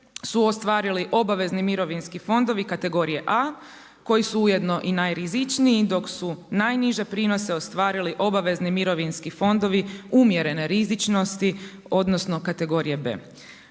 su ostvarili obavezni mirovinski fondovi kategorije A koji su ujedno i najrizičniji, dok su najniže prinose ostvarili obavezni mirovinski fondovi umjerene rizičnosti, odnosno kategorije B.